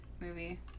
movie